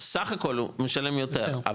סך הכול הוא משלם יותר,